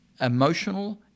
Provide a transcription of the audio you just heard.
emotional